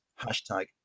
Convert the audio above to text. hashtag